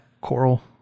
Coral